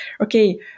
okay